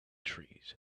trees